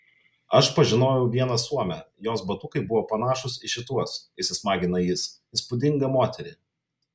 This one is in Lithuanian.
aš pažinojau vieną suomę jos batukai buvo panašūs į šituos įsismagina jis įspūdingą moterį